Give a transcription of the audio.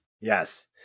Yes